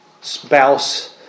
spouse